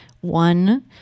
one